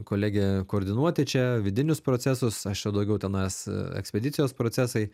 kolegė koordinuoti čia vidinius procesus aš jau daugiau tenais ekspedicijos procesai